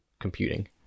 computing